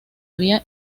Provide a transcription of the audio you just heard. había